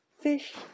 Fish